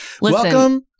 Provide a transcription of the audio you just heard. welcome